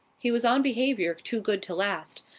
he was on behaviour too good to last,